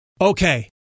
Okay